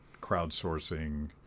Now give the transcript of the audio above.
crowdsourcing